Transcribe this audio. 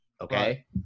okay